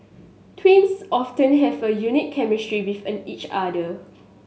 twins often have a unique chemistry with each other